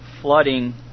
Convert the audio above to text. flooding